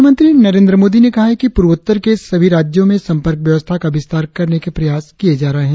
प्रधानमंत्री नरेंद्र मोदी ने कहा है कि पूर्वोत्तर के सभी राज्यों में संपर्क व्यवस्था का विस्तार करने के प्रयास किये जा रहे है